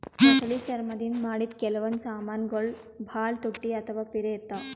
ಮೊಸಳಿ ಚರ್ಮ್ ದಿಂದ್ ಮಾಡಿದ್ದ್ ಕೆಲವೊಂದ್ ಸಮಾನ್ಗೊಳ್ ಭಾಳ್ ತುಟ್ಟಿ ಅಥವಾ ಪಿರೆ ಇರ್ತವ್